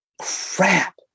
crap